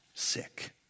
sick